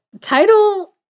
title